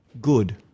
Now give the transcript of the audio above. good